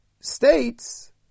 states